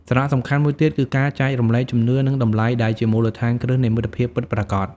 សារៈសំខាន់មួយទៀតគឺការចែករំលែកជំនឿ និងតម្លៃដែលជាមូលដ្ឋានគ្រឹះនៃមិត្តភាពពិតប្រាកដ។